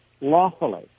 lawfully